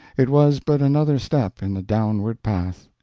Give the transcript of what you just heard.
it was but another step in the downward path.